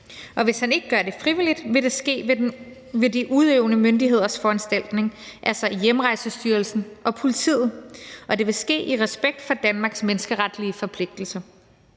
Og hvis han ikke gør det frivilligt, vil det ske ved de udøvende myndigheders foranstaltning, altså Hjemrejsestyrelsen og politiet, og det vil ske i respekt for Danmarks menneskeretlige forpligtelser.